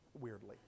weirdly